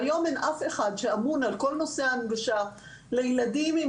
והיום אין אף אחד שאמון על כל נושא ההנגשה לילדים עם